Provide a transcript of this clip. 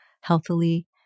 healthily